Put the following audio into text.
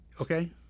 Okay